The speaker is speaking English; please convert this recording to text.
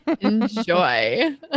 enjoy